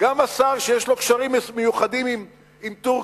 גם השר שיש לו קשרים מיוחדים עם טורקיה,